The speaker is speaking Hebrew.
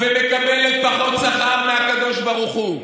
ומקבלת פחות שכר מהקדוש ברוך הוא.